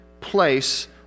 place